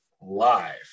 live